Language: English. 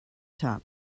top